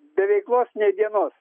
be veiklos nė dienos